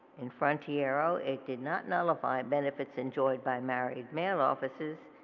in frontiero it did not nullify benefits enjoyed by married male officers,